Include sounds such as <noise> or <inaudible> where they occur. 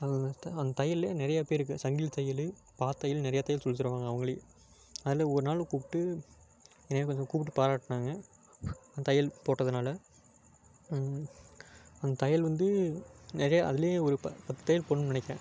<unintelligible> அந்த தையல்லையே நிறைய பேருக்கு சங்கிலி தையல் பாத்தையல் நிறைய தையல் சொல்லித்தருவாங்க அவங்களே அதுமாரி ஒரு நாள் கூப்பிட்டு என்னைய கொஞ்சம் கூப்ட்டு பாராட்டினாங்க அந்த தையல் போட்டதினால அந்த தையல் வந்து நிறைய அதிலே ஒரு ப பத்து தையல் போடணும்னு நினைக்குறேன்